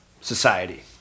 society